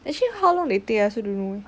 actually how long they take I also don't know